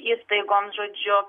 įstaigoms žodžiu